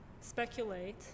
speculate